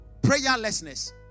Prayerlessness